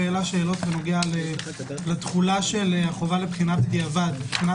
העלה שאלות בנוגע לתחולה של החובה לבחינה בדיעבד מבחנתה